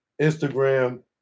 Instagram